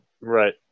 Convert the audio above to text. Right